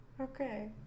Okay